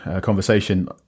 conversation